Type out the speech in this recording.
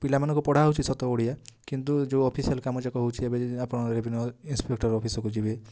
ପିଲାମାନଙ୍କୁ ପଢ଼ା ହେଉଛି ସତ ଓଡ଼ିଆ କିନ୍ତୁ ଯେଉଁ ଅଫିସିଆଲ୍ କାମ ଜାକ ହେଉଛି ଏବ ଆପଣଙ୍କର ରେଭିନ୍ୟୁ ଇନ୍ସପେକ୍ଟର୍ ଅଫିସକୁ ଯିବେ